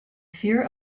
fear